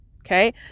Okay